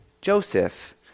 Joseph